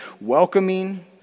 welcoming